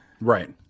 right